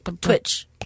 Twitch